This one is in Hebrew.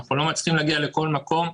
אנחנו לא מצליחים להגיע לכל מקום.